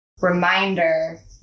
reminder